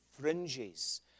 fringes